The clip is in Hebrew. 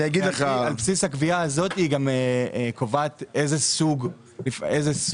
על בסיס הקביעה הזאת היא גם קובעת איזה סוג משרה,